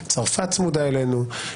צרפת צמודה אלינו.